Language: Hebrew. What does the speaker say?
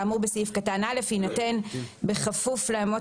כאמור בסעיף קטן (א) יינתן בכפוף לאמות